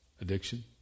addiction